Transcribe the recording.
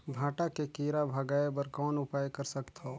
भांटा के कीरा भगाय बर कौन उपाय कर सकथव?